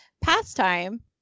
pastime